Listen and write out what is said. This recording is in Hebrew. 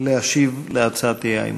להשיב על הצעת האי-אמון.